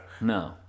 No